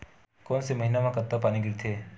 कोन से महीना म कतका पानी गिरथे?